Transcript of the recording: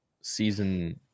season